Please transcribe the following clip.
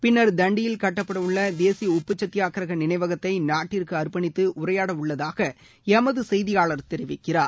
பின்னா் தண்டியில் கட்டப்பட்டுள்ள தேசிய உப்பு கத்தியாகிரக நினைவகத்தை நாட்டிற்கு அர்பணித்து உரையாட உள்ளதாக எமது செய்தியாளர் தெரிவிக்கிறார்